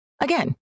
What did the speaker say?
Again